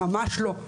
ממש לא,